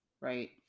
Right